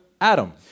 Adam